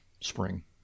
Spring